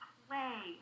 play